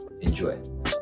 Enjoy